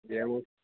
ఏమి